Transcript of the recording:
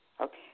Okay